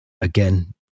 again